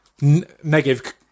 negative